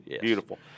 beautiful